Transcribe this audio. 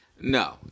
no